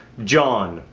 john.